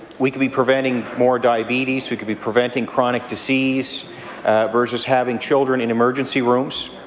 we could be preventing more diabetes we could be preventing chronic disease versus having children in emergency rooms,